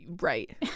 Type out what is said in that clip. Right